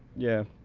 yeah,